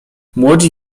młodzi